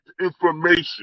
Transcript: information